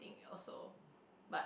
also but